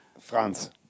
Franz